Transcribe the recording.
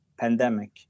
pandemic